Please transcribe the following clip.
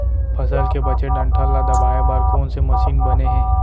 फसल के बचे डंठल ल दबाये बर कोन से मशीन बने हे?